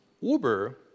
Uber